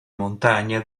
montagne